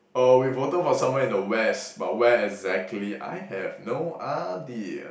oh we voted for somewhere in the West but where exactly I have no idea